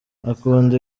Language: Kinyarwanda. akunda